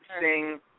Sing